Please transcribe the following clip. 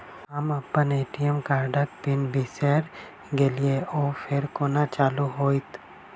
हम अप्पन ए.टी.एम कार्डक पिन बिसैर गेलियै ओ फेर कोना चालु होइत?